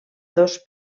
dos